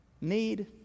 need